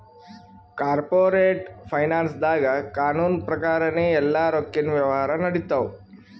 corporate ಫೈನಾನ್ಸ್ದಾಗ್ ಕಾನೂನ್ ಪ್ರಕಾರನೇ ಎಲ್ಲಾ ರೊಕ್ಕಿನ್ ವ್ಯವಹಾರ್ ನಡಿತ್ತವ